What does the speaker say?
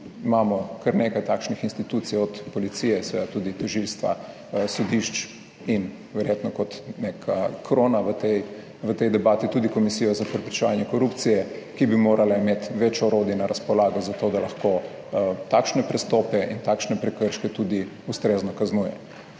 imamo kar nekaj takšnih institucij, od policije, seveda tudi tožilstva, sodišč in verjetno kot neka krona v tej debati tudi Komisija za preprečevanje korupcije, ki bi morala imeti več orodij na razpolago za to, da lahko takšne pristope in takšne prekrške tudi ustrezno kaznuje.